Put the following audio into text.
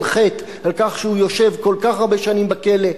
חטא על כך שהוא יושב כל כך הרבה שנים בכלא,